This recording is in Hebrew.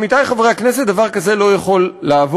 עמיתי חברי הכנסת, דבר כזה לא יכול לעבור.